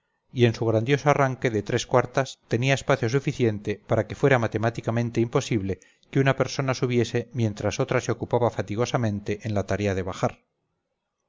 y en su grandioso arranque de tres cuartas tenía espacio suficiente para que fuera matemáticamente imposible que una persona subiese mientras otra se ocupaba fatigosamente en la tarea de bajar